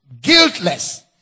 guiltless